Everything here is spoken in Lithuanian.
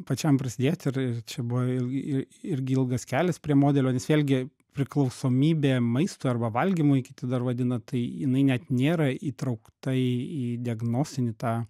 pačiam prisidėt ir ir čia buvo il i irgi ilgas kelias prie modelio nes vėlgi priklausomybė maistui arba valgymui kiti dar vadina tai jinai net nėra įtraukta į į diagnostinį tą